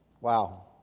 Wow